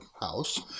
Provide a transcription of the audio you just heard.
house